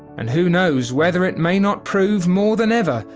and who knows whether it may not prove more than ever,